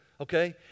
okay